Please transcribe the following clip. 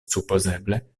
supozeble